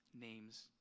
name's